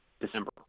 December